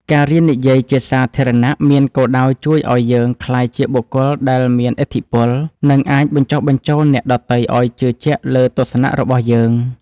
ការរៀននិយាយជាសាធារណៈមានគោលដៅជួយឱ្យយើងក្លាយជាបុគ្គលដែលមានឥទ្ធិពល និងអាចបញ្ចុះបញ្ចូលអ្នកដទៃឱ្យជឿជាក់លើទស្សនៈរបស់យើង។